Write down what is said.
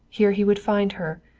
here he would find her,